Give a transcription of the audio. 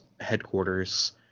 headquarters